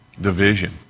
Division